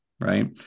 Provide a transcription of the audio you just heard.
Right